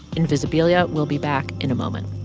invisibilia will be back in a moment